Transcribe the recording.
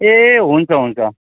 ए हुन्छ हुन्छ